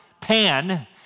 Pan